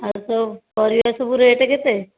ଆଉ ସବୁ ପରିବା ସବୁ ରେଟ୍ କେତେ